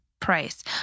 price